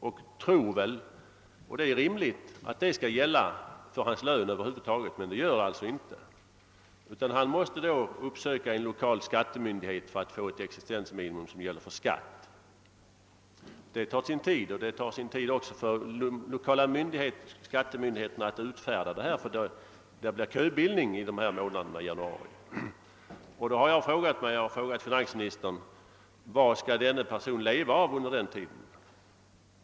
Han tror, vilket är rimligt, att det skall gälla för hans lön över huvud taget, men det gör det alltså inte. Han måste uppsöka en lokal skattemyndighet för att få ett existensminimum som gäller skatten. Det tar sin tid. Det tar också tid för de lokala skattemyndigheterna att fastställa detta, därför att det uppstår köbildning under januari månad. Jag har frågat finansministern vad en sådan person skall leva av under tiden.